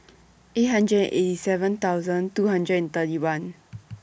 eight hundred and eighty seven thousand two hundred and thirty one